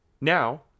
Now